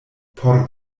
por